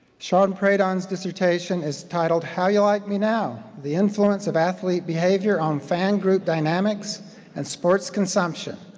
sean pradhan's dissertation is titled how you like me now, the influence of athlete behavior on fan group dynamics and sports consumption.